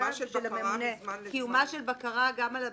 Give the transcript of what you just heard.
קיומה של בקרה גם על הרכב.